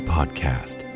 Podcast